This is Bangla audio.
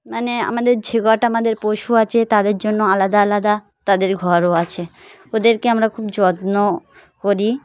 মানে আমাদের যে কটা আমাদের পশু আছে তাদের জন্য আলাদা আলাদা তাদের ঘরও আছে ওদেরকে আমরা খুব যত্ন করি